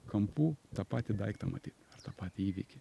kampų tą patį daiktą matyt tą patį įvykį